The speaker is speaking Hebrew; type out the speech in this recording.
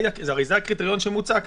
הרי זה הקריטריון שמוצע כאן.